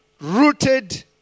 rooted